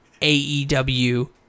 AEW